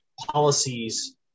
policies